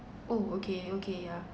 oh okay okay yeah